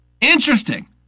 Interesting